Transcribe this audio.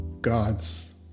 God's